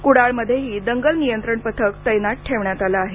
कुडाळमध्येही दंगल नियंत्रण पथक तैनात ठेवण्यात आलं आहे